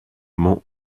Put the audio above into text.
mont